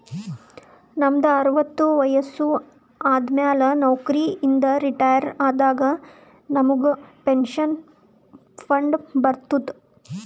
ನಮ್ದು ಅರವತ್ತು ವಯಸ್ಸು ಆದಮ್ಯಾಲ ನೌಕರಿ ಇಂದ ರಿಟೈರ್ ಆದಾಗ ನಮುಗ್ ಪೆನ್ಷನ್ ಫಂಡ್ ಬರ್ತುದ್